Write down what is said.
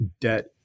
debt